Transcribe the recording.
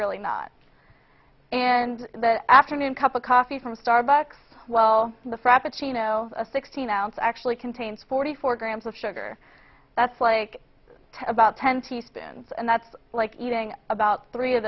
really not and that afternoon cup of coffee from starbucks well the frappuccino a sixteen ounce actually contains forty four grams of sugar that's like about ten teaspoons and that's like eating about three of